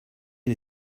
had